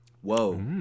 Whoa